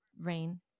rain